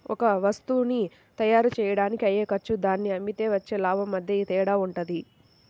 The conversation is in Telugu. ఒక వత్తువుని తయ్యారుజెయ్యడానికి అయ్యే ఖర్చు దాన్ని అమ్మితే వచ్చే లాభం మధ్య తేడా వుంటది